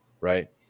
right